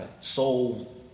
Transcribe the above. soul